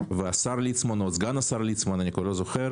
והשר ליצמן או סגן השר ליצמן אני כבר לא זוכר